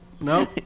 No